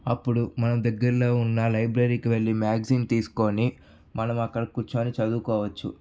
అప్పుడు మనం దగ్గరలో ఉన్న లైబ్రరీకి వెళ్ళి మ్యాగజైన్ తీసుకొని మనం అక్కడ కూర్చొని చదువుకోవచ్చు